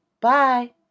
Bye